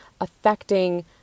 affecting